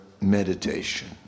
meditation